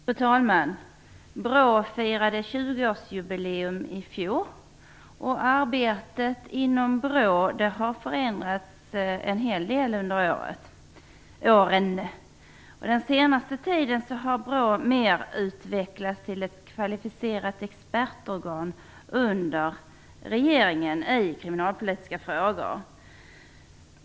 Fru talman! BRÅ firade tjugoårsjubileum i fjol. Arbetet inom BRÅ har förändrats en hel del under åren. Den senaste tiden har BRÅ mer utvecklats till ett kvalificerat expertorgan i kriminalpolitiska frågor under regeringen.